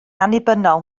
annibynnol